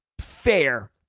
fair